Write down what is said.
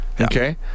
Okay